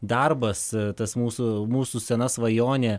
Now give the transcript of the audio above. darbas tas mūsų mūsų sena svajonė